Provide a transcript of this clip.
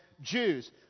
jews